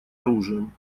оружием